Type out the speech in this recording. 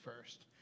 first